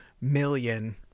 million